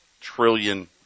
trillion